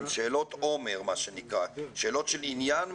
הן שאלות עומ"ר שאלות של עניין,